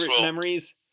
memories